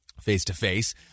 face-to-face